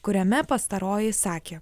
kuriame pastaroji sakė